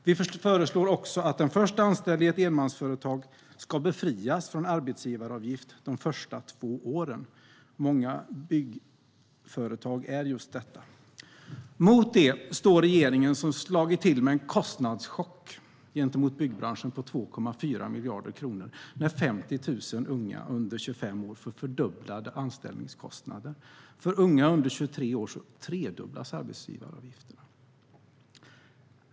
Vi föreslår också att den först anställde i ett enmansföretag ska befrias från arbetsgivaravgift de två första åren. Många byggföretag är just enmansföretag. Mot detta står regeringen, som har slagit till med en kostnadschock gentemot byggbranschen på 2,4 miljarder kronor när 50 000 unga under 25 år har fått fördubblade anställningskostnader. För unga under 23 år tredubblas arbetsgivaravgifterna.